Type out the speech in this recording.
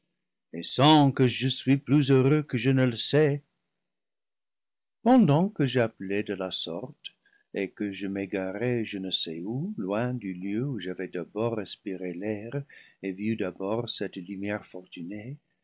et sens que je suis plus heureux que je ne le sais pendant que j'appelais de la sorte et que je m'égarais je ne sais où loin du lieu où j'avais d'abord respiré l'air et vu d'ace bord cette lumière fortunée